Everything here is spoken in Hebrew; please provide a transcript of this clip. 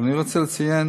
אבל אני רוצה לציין